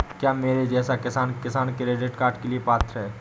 क्या मेरे जैसा किसान किसान क्रेडिट कार्ड के लिए पात्र है?